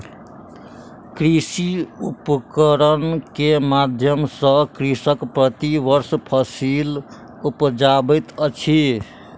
कृषि उपकरण के माध्यम सॅ कृषक प्रति वर्ष फसिल उपजाबैत अछि